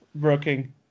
working